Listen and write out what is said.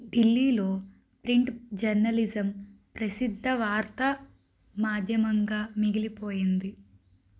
ఢిల్లీలో print journalism ప్రసిద్ధ వార్తా మాధ్యమంగా మిగిలిపోయింది